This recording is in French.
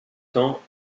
temps